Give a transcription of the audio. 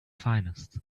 finest